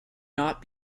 not